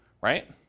right